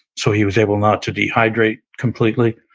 so he was able not to dehydrate completely.